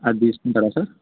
అది తీసుకుంటారా సార్